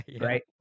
Right